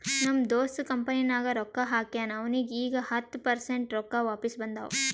ನಮ್ ದೋಸ್ತ್ ಕಂಪನಿನಾಗ್ ರೊಕ್ಕಾ ಹಾಕ್ಯಾನ್ ಅವ್ನಿಗ ಈಗ್ ಹತ್ತ ಪರ್ಸೆಂಟ್ ರೊಕ್ಕಾ ವಾಪಿಸ್ ಬಂದಾವ್